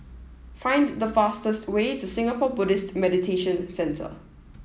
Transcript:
find the fastest way to Singapore Buddhist Meditation Centre